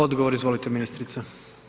Odgovor, izvolite ministrice.